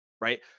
right